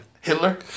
Hitler